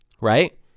Right